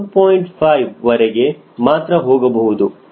5ವರೆಗೆ ಮಾತ್ರ ಹೋಗಬಹುದು